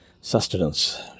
sustenance